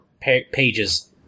pages